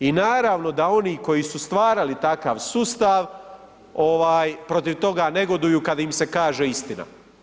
I naravno da oni koji su stvarali takav sustav protiv toga negoduju kada im se kaže istina.